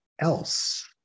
Else